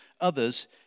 others